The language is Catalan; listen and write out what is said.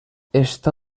està